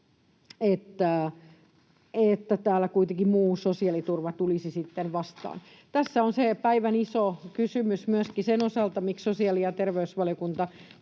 muu sosiaaliturva tulisi sitten vastaan. Tässä on se päivän iso kysymys myöskin sen osalta, miksi sosiaali- ja terveysvaliokunta